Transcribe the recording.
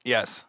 Yes